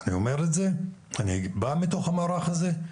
אני בא מתוך המערך הזה.